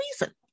reason